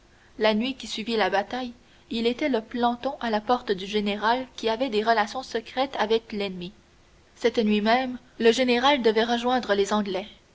la nuit qui suivit la bataille il était de planton à la porte du général qui avait des relations secrètes avec l'ennemi cette nuit même le général devait rejoindre les anglais